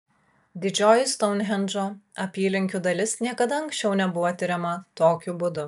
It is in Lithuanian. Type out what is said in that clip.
didžioji stounhendžo apylinkių dalis niekada anksčiau nebuvo tiriama tokiu būdu